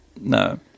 No